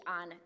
on